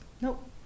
Nope